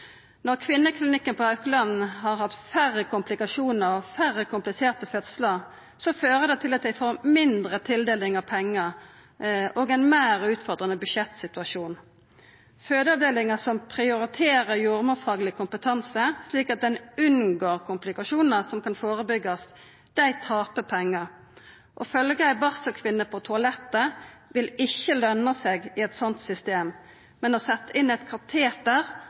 Når Kvinneklinikken på Haukeland har hatt færre komplikasjonar og færre kompliserte fødslar, fører det til at dei får mindre tildeling av pengar og ein meir utfordrande budsjettsituasjon. Fødeavdelingar som prioriterer jordmorfagleg kompetanse slik at ein unngår komplikasjonar som kan førebyggjast, taper pengar. Å følgja ei barselkvinne på toalettet vil ikkje løna seg i eit sånt system. Men å setja inn eit kateter